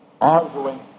arguing